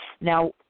Now